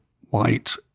white